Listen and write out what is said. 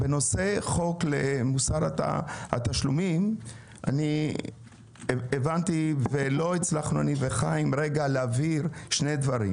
בנושא חוק מוסר התשלומים - חיים ואני ולא הצלחנו להבהיר שני דברים.